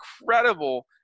incredible